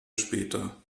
später